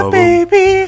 baby